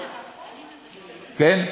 תגיד,